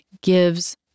gives